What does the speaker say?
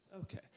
Okay